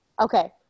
Okay